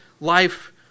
life